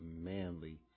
manly